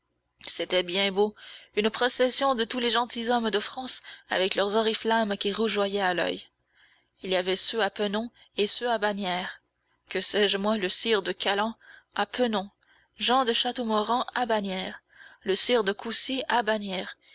c'était bien beau une procession de tous les gentilshommes de france avec leurs oriflammes qui rougeoyaient à l'oeil il y avait ceux à pennon et ceux à bannière que sais-je moi le sire de calan à pennon jean de châteaumorant à bannière le sire de coucy à bannière